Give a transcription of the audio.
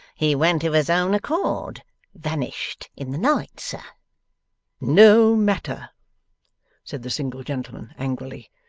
he went of his own accord vanished in the night, sir no matter said the single gentleman angrily.